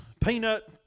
peanut